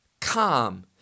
calm